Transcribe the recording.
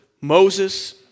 Moses